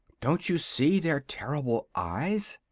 don't you see their terrible eyes?